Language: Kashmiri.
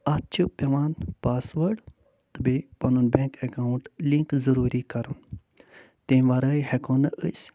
اَتھ چھِ پٮ۪وان پاس وٲڈ تہٕ بیٚیہِ پَنُن بٮ۪نٛک اٮ۪کاوُنٛٹ لِنٛک ضٔروٗری کَرُن تَمہِ ورٲے ہٮ۪کَو نہٕ أسۍ